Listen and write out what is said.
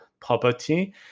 property